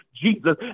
Jesus